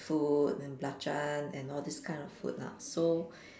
food and belacan and all these kind of food lah so